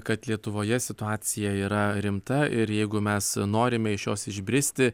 kad lietuvoje situacija yra rimta ir jeigu mes norime iš jos išbristi